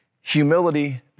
humility